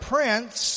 Prince